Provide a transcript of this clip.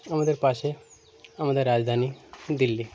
আমাদের পাশে আমাদের রাজধানী দিল্লি